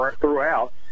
throughout